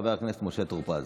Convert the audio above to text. חבר הכנסת משה טור פז.